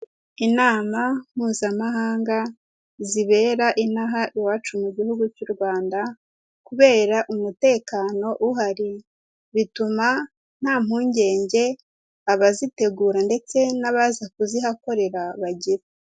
Inama mpuzamahanga zibera inaha iwacu mu gihugu cy'u Rwanda, kubera umutekano uhari bituma nta mpungenge abazitegura ndetse n'abaza kuzihakorera bagira.